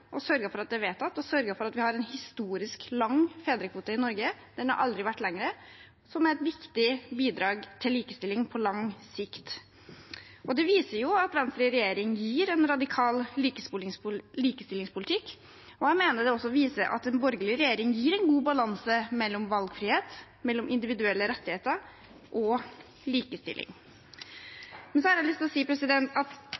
for at det er vedtatt, og sørget for at vi har en historisk lang fedrekvote i Norge, den har aldri vært lengre, noe som er et viktig bidrag til likestilling på lang sikt. Det viser at Venstre i regjering gir en radikal likestillingspolitikk. Jeg mener det også viser at en borgerlig regjering gir en god balanse mellom valgfrihet, individuelle rettigheter og likestilling. Så har jeg lyst til å si at